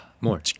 More